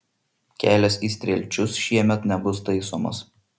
kelias į strielčius šiemet nebus taisomas